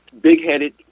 big-headed